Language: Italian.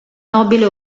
nobile